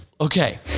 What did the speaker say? okay